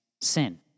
sin